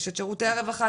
יש את שירותי הרווחה,